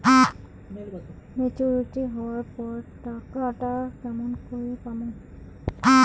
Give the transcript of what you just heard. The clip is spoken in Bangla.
মেচুরিটি হবার পর টাকাটা কেমন করি পামু?